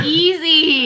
easy